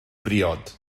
briod